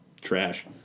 trash